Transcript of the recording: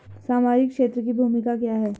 सामाजिक क्षेत्र की भूमिका क्या है?